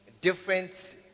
different